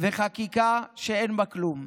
וחקיקה שאין בהן כלום.